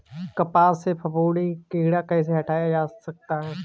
कपास से फफूंदी कीड़ा कैसे हटाया जा सकता है?